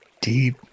deep